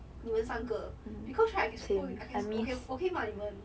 你们三个 because right I can f~ I can 我可以我可以骂你们